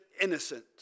innocent